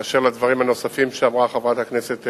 כאשר מעבר לכל ספק האיש שנעצר,